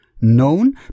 known